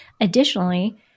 Additionally